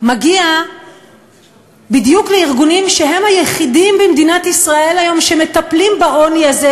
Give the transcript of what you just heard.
מגיע בדיוק לארגונים שהם היחידים במדינת ישראל היום שמטפלים בעוני הזה,